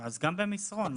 שיהיה גם במסרון.